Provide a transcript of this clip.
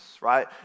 right